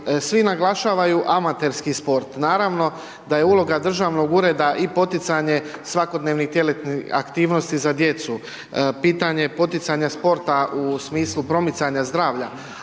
svi naglašavaju amaterski sport. Naravno da je uloga državnog ureda i poticanje svakodnevnih tjelesnih aktivnosti za djecu, pitanje poticanja sporta u smislu promicanja zdravlja